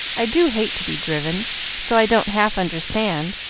i do hate to be driven so i don't half understand,